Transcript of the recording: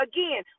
Again